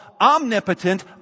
omnipotent